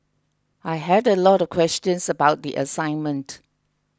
I had a lot of questions about the assignment